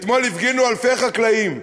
אתמול הפגינו אלפי חקלאים.